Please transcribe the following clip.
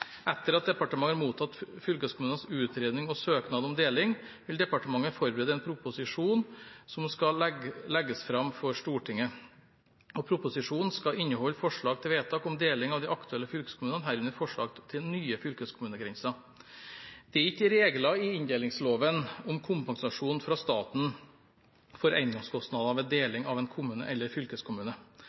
Etter at departementet har mottatt fylkeskommunenes utredning og søknad om deling, vil departementet forberede en proposisjon som skal legges fram for Stortinget. Proposisjonen skal inneholde forslag til vedtak om deling av de aktuelle fylkeskommunene, herunder forslag til nye fylkeskommunegrenser. Det er ikke regler i inndelingsloven om kompensasjon fra staten for engangskostnader ved deling av en kommune eller fylkeskommune.